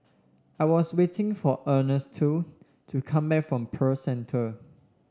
I was waiting for Ernesto to come back from Pearl Centre